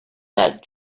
that